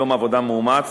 יום עבודה מאומץ.